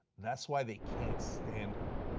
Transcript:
that is why they can't stand her.